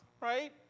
right